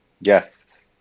Yes